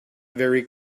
very